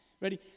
ready